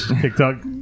tiktok